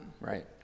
right